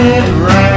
Right